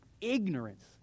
ignorance